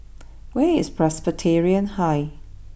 where is Presbyterian High